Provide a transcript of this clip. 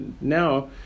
now